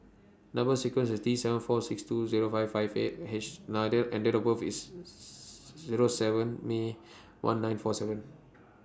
Number sequence IS T seven four two six Zero five five eight H and Date of birth IS Zero seven May one nine four seven